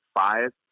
Five